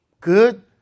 good